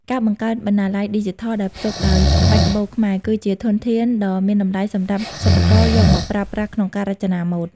ការបង្កើតបណ្ណាល័យឌីជីថលដែលផ្ទុកដោយក្បាច់ក្បូរខ្មែរ គឺជាធនធានដ៏មានតម្លៃសម្រាប់សិប្បករយកមកប្រើប្រាស់ក្នុងការរចនាម៉ូដ។